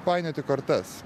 painioti kortas